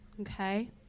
okay